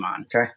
okay